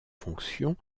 fonctions